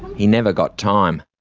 he never got time.